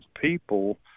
people